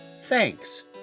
Thanks